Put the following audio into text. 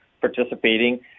participating